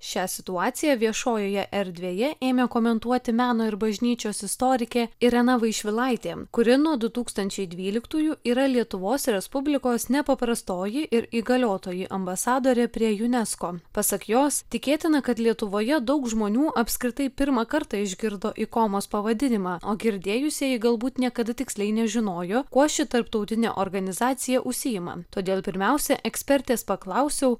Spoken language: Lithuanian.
šią situaciją viešojoje erdvėje ėmė komentuoti meno ir bažnyčios istorikė irena vaišvilaitė kuri nuo du tūkstančiai dvyliktųjų yra lietuvos respublikos nepaprastoji ir įgaliotoji ambasadorė prie unesco pasak jos tikėtina kad lietuvoje daug žmonių apskritai pirmą kartą išgirdo ikonos pavadinimą o girdėjusieji galbūt niekada tiksliai nežinojo kuo ši tarptautinė organizacija užsiima todėl pirmiausia ekspertės paklausiau